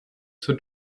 zur